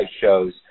shows